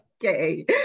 Okay